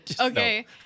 Okay